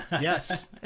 Yes